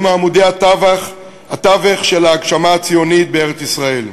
מעמודי התווך של ההגשמה הציונית בארץ-ישראל.